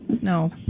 No